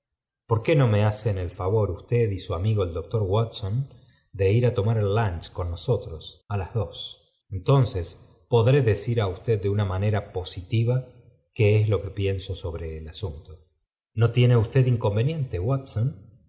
por qué no me hacen el favor usted y su amigo el doctor wtttaoa de ir á tomar el lunch con nosotros á las doaft entonces podré decir é usted de una manera positiva qué es lo que pienso sobre el asunto no tiene usted inconveniente watson